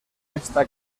está